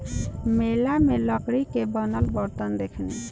मेला में लकड़ी के बनल बरतन देखनी